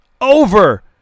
over